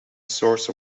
source